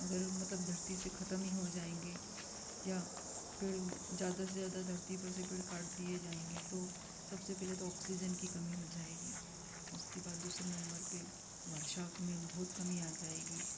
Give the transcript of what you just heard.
अगर मतलब धरती से खत्म ही हो जाएँगे या पेड़ ज्यादा से ज्यादा धरती पर से पेड़ काट दिए जाएँगे तो सबसे पहले तो ऑक्सीजन की कमी हो जाएगी उसके बाद दूसरे नंबर पर वर्षा में बहुत कमी आ जाएगी